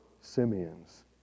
Simeons